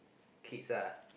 kids ah